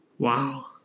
Wow